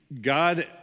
God